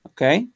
Okay